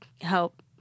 help